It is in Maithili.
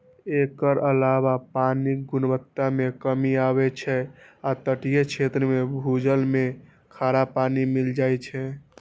एकर अलावे पानिक गुणवत्ता मे कमी आबै छै आ तटीय क्षेत्र मे भूजल मे खारा पानि मिल जाए छै